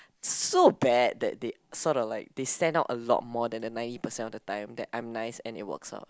so bad that they sort of like they stand out a lot more then the ninety percent of time that I'm nice and it works out